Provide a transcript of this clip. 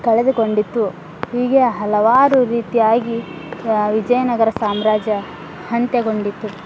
ಕಳೆದುಕೊಂಡಿತು ಹೀಗೆ ಹಲವಾರು ರೀತಿಯಾಗಿ ವಿಜಯನಗರ ಸಾಮ್ರಾಜ್ಯ ಅಂತ್ಯಗೊಂಡಿತು